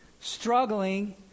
struggling